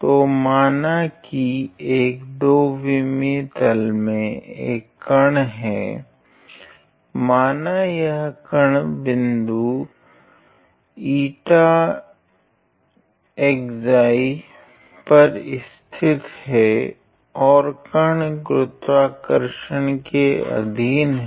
तो माना की एक 2 विमीय तल में एक कण है माना यह कण बिंदु ζη पर स्थित है ओर कण गुरुत्वाकर्षण के अधीन है